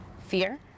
fear